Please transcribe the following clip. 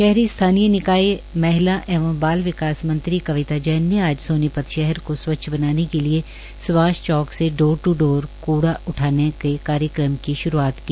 शहरी स्थानीय निकाय महिला एवं बाल विकास मंत्री कविता जैन ने आज सोनीपत को स्वच्छ बनाने के लिए सुभाष चौक से डोर टू डोर कूड़ा उठाने की कार्यक्रम की श्रूआत की